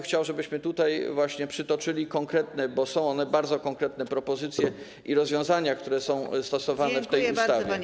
Chciałbym, żebyśmy tutaj przytoczyli konkretne, bo są one bardzo konkretne, propozycje i rozwiązania, które są stosowane w tej ustawie.